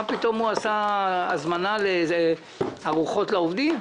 מה פתאום הוא עשה הזמנה לארוחות לעובדים?